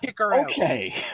Okay